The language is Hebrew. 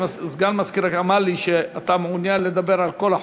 סגן המזכירה אמר לי שאתה מעוניין לדבר על כל החוקים.